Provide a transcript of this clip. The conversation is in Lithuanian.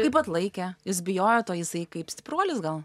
kaip atlaikė jis bijojo to jisai kaip stipruolis gal